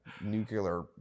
nuclear